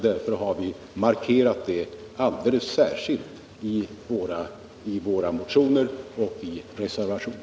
Därför har vi markerat detta särskilt i våra motioner och i vår reservation.